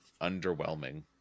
underwhelming